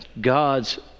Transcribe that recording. God's